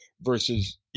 versus